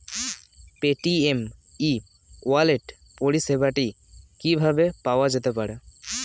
Paytm e wallet পরিষেবাটি কিভাবে পাওয়া যেতে পারে?